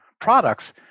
products